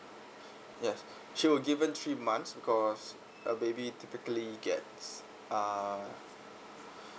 yes she will given three months because a baby typically gets err